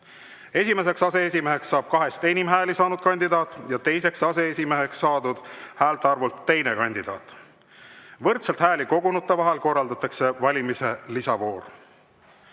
Esimeseks aseesimeheks saab kahest enam hääli saanud kandidaat ja teiseks aseesimeheks saadud häälte arvult teine kandidaat. Võrdselt hääli kogunute vahel korraldatakse valimise lisavoor.